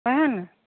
सहए ने